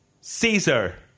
Caesar